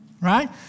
Right